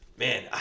Man